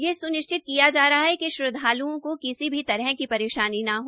यह सुनिश्चित किया जा रहा है कि श्रद्वालुओं को किसी भी तरह की परेशानी न हो